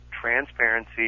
transparency